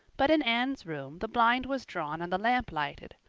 but in anne's room the blind was drawn and the lamp lighted,